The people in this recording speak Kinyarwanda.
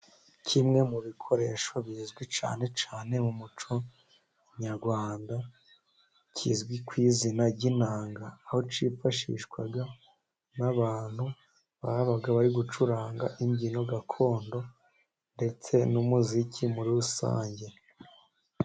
Kimwe mu bikoresho bizwi cyane cyane mu muco nyarwanda, kizwi ku izina ry'inanga aho cyifashishwaga n'abantu babaga bari gucuranga imbyino gakondo ndetse n'umuziki muri rusange.